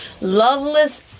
Loveless